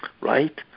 right